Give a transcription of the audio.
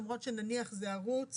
למרות שנניח שזה ערוץ